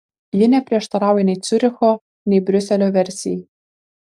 ji neprieštarauja nei ciuricho nei briuselio versijai